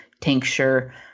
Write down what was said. tincture